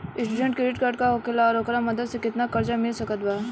Student credit card का होखेला और ओकरा मदद से केतना कर्जा मिल सकत बा?